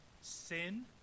sin